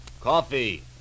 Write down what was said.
Coffee